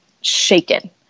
shaken